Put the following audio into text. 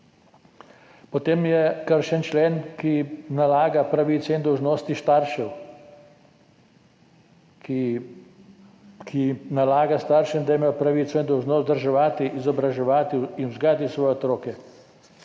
Potem je kršen člen, ki nalaga pravice in dolžnosti staršev, ki nalaga staršem, da imajo pravico in dolžnost vzdrževati, izobraževati in vzgajati svoje otroke.